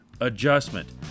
adjustment